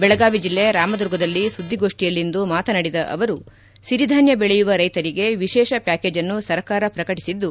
ಬೆಳಗಾವಿ ಜಿಲ್ಲೆ ರಾಮದುರ್ಗದಲ್ಲಿ ಸುದ್ದಿಗೋಷ್ಠಿಯಲ್ಲಿಂದು ಮಾತನಾಡಿದ ಅವರು ಸಿರಿಧಾನ್ಯ ಬೆಳೆಯುವ ರೈತರಿಗೆ ವಿಶೇಷ ಪ್ಯಾಕೇಜ್ನ್ನು ಸರ್ಕಾರ ಪ್ರಕಟಿಸಿದ್ದು